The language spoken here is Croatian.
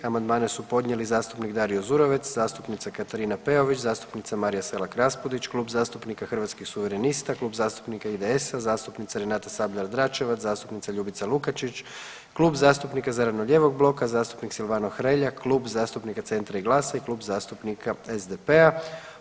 Amandmane su podnijeli zastupnik Dario Zurovec, zastupnica Katarina Peović, zastupnica Marija Selak-Raspudić, Klub zastupnika Hrvatskih suverenista, Klub zastupnika IDS-a, zastupnica Renata Sabljar-Dračevac, zastupnica Ljubica Lukačić, Klub zastupnika Zeleno-lijevog bloka, zastupnik Silvano Hrelja, Klub zastupnika Centra i Glasa i Klub zastupnika SDP-a.